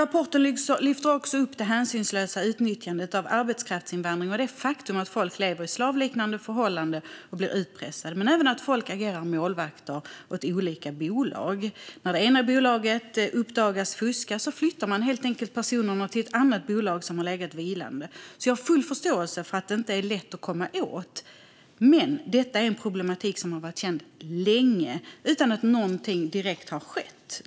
Rapporten lyfter också upp det hänsynslösa utnyttjandet av arbetskraftsinvandring och det faktum att folk lever i slavliknande förhållanden och blir utpressade men även att folk agerar målvakter åt olika bolag. När det ena bolaget uppdagas fuska flyttar man helt enkelt personerna till ett annat bolag som har legat vilande. Jag har därför full förståelse för att detta inte är lätt att komma åt, men detta är en problematik som har varit känd länge utan att någonting direkt har skett.